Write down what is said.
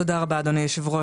תודה רבה אדוני היושב-ראש.